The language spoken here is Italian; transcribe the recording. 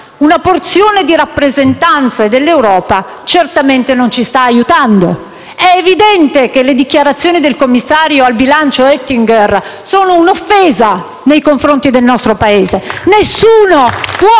una porzione di rappresentanza dell'Europa - certamente non ci sta aiutando. È evidente che le dichiarazioni del commissario al bilancio Oettinger costituiscano un'offesa nei confronti del nostro Paese. (*Applausi